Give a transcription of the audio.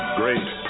great